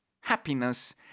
happiness